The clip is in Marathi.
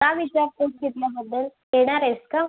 का विचारते आहेस इथल्याबद्दल येणार आहेस का